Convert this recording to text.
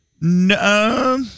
No